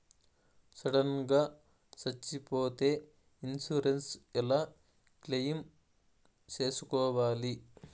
Sudden గా సచ్చిపోతే insurance ఎలా క్లెయిమ్ సేసుకోవాలి?